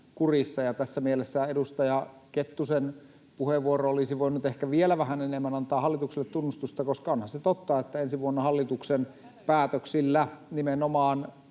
Tässä mielessä edustaja Kettusen puheenvuoro olisi voinut ehkä vielä vähän enemmän antaa hallitukselle tunnustusta, koska onhan se totta, että ensi vuonna hallituksen päätöksillä nimenomaan